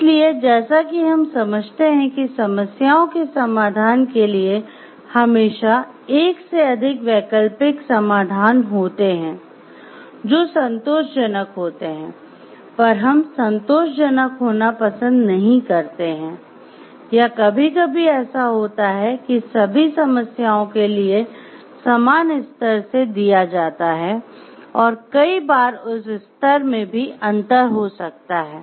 इसलिए जैसा कि हम समझते हैं कि समस्याओं के समाधान के लिए हमेशा एक से अधिक वैकल्पिक समाधान होते हैं जो संतोषजनक से दिया जाता है और कई बार उस स्तर में भी अंतर हो सकता है